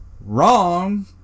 wrong